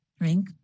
drink